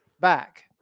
back